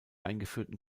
eingeführten